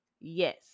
yes